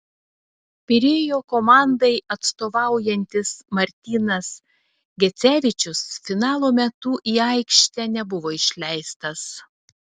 pirėjo komandai atstovaujantis martynas gecevičius finalo metu į aikštę nebuvo išleistas